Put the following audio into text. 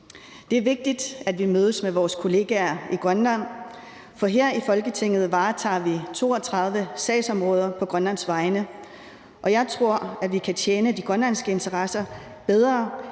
Det er vigtigt, at vi mødes med vores kollegaer i Grønland, for her i Folketinget varetager vi 32 sagsområder på Grønlands vegne, og jeg tror, at vi kan tjene de grønlandske interesser bedre,